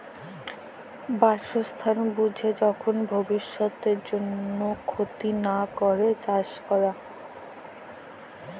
বাসস্থাল বুঝে যখল ভব্যিষতের জন্হে ক্ষতি লা ক্যরে চাস ক্যরা